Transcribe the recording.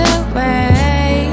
away